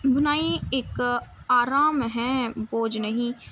بنائی ایک آرام ہے بوجھ نہیں